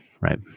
right